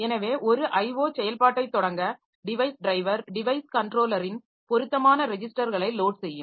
எனவே ஒரு IO செயல்பாட்டைத் தொடங்க டிவைஸ் டிரைவர் டிவைஸ் கன்ட்ரோலரின் பொருத்தமான ரெஜிஸ்டர்களை லோட் செய்யும்